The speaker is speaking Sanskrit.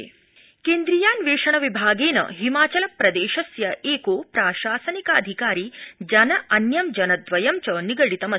सीबीआई केन्द्रीयान्वेषण विभागेन हिमाचलप्रदेशस्य एको प्रशासनिकाधिकारी अन्यं जनद्रयं च निगडितमस्ति